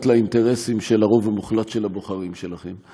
לאינטרסים של הרוב המוחלט של הבוחרים שלכם.